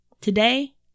Today